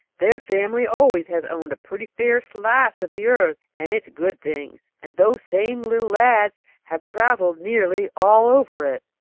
their family always has owned a pretty fair slice of the earth and its good things, and those same little lads have travelled nearly all over it,